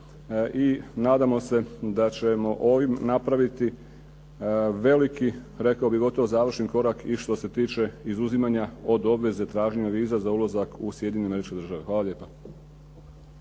I nadamo se da ćemo ovim napraviti veliki rekao bih gotovo završni korak i što se tiče izuzimanja od obveze traženja viza za ulazak u Sjedinjene Američke Države. Hvala lijepa.